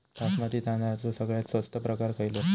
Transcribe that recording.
बासमती तांदळाचो सगळ्यात स्वस्त प्रकार खयलो?